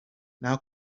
now